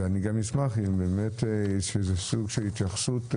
ואני גם אשמח אם יש סוג של התייחסות.